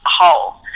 whole